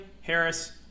Harris